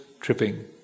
tripping